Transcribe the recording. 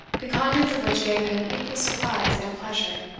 the contents of which gave him equal surprise and pleasure.